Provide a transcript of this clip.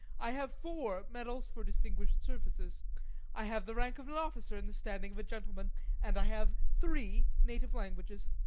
i have four medals for distinguished services i have the rank of an officer and the standing of a gentleman and i have three native languages.